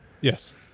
yes